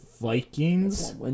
Vikings